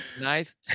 Nice